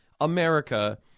America